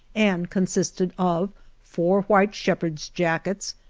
and consisted of four white shepherd's jackets,